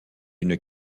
une